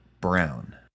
Brown